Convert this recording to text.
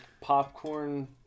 popcorn